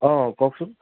অঁ কওকচোন